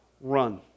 Run